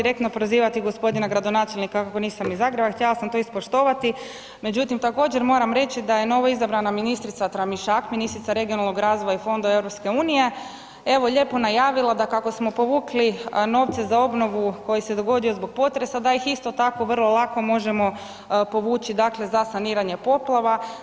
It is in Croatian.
Nisam htjela direktno prozivati gospodina gradonačelnika kako nisam iz Zagreba i htjela sam to ispoštovati, međutim također moram reći da je novoizabrana ministrica Tramišak, ministrica regionalnoga razvoja i fondova EU evo lijepo najavila da kako smo povukli novce za obnovu koji se dogodio zbog potresa da ih isto tako vrlo lako možemo povući dakle za saniranje poplava.